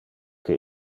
que